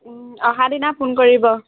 অহা দিনা ফোন কৰিব